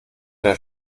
der